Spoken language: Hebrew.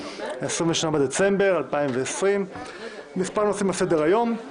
28 בדצמבר 2020. מספר נושאים על סדר-היום.